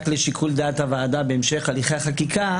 רק לשיקול דעת הוועדה בהמשך הליכי החקיקה